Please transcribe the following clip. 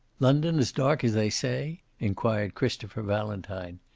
london as dark as they say? inquired christopher valentine.